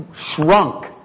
shrunk